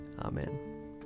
amen